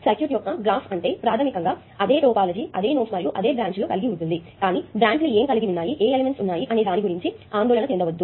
circuit యొక్క graph అంటే ప్రాథమికంగా అదే టోపోలాజీ అదే నోడ్స్ మరియు బ్రాంచ్లు కలిగి ఉంటుంది కానీ బ్రాంచ్ లు ఏమి కలిగి ఉన్నాయి ఏ ఎలెమెంట్స్ ఉన్నాయి అనే దాని గురించి ఆందోళన చెందొద్దు